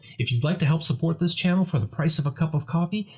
if you'd like to help support this channel for the price of a cup of coffee,